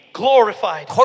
glorified